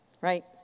right